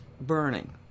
burning